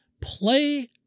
Play